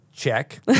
Check